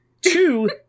Two